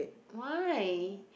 why